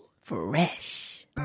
Fresh